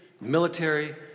military